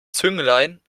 zünglein